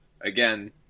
again